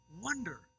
wonder